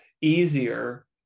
easier